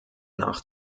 nach